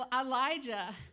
Elijah